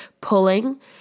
pulling